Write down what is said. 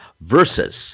versus